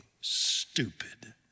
stupid